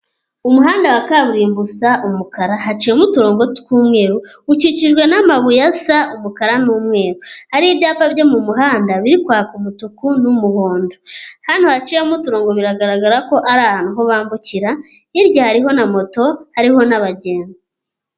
Umuhanda wa kaburimbo usa umukara haciyemo uturongo tw'umweru, ukikijwe n'amabuye asa umukara n'umweru, hari ibyapa byo mu muhanda biri kwaka umutuku n'umuhondo, hano haciyemo uturongo biragaragara ko ari ahantu ho bambukira hirya hariho na moto hariho n'abagenzi.